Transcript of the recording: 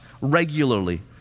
regularly